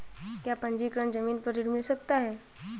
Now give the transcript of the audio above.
क्या पंजीकरण ज़मीन पर ऋण मिल सकता है?